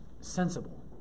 sensible